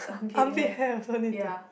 armpit hair also need to